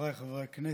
חבריי חברי הכנסת,